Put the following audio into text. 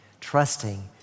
trusting